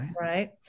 Right